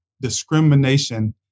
discrimination